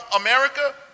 America